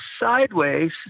sideways